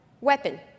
weapon